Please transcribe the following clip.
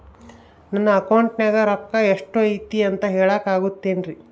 ನನ್ನ ಅಕೌಂಟಿನ್ಯಾಗ ರೊಕ್ಕ ಎಷ್ಟು ಐತಿ ಅಂತ ಹೇಳಕ ಆಗುತ್ತೆನ್ರಿ?